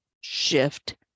shift